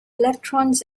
electrons